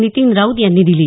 नितीन राऊत यांनी दिली